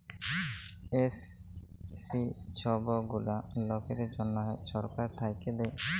SC ছব গুলা লকদের জ্যনহে ছরকার থ্যাইকে দেয়